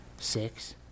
six